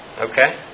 Okay